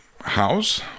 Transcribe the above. house